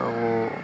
ତ